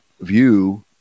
view